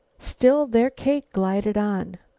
still their cake glided on.